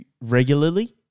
regularly